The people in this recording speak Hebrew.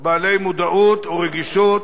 בעלי מודעות ורגישות